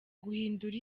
guhindura